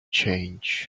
change